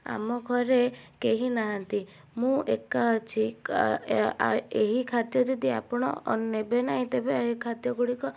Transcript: ଆମ ଘରେ କେହିନାହାଁନ୍ତି ମୁଁ ଏକା ଅଛି ଏହି ଖାଦ୍ୟ ଯଦି ଆପଣ ନେବେ ନାହିଁ ତେବେ ଏହି ଖାଦ୍ୟଗୁଡ଼ିକ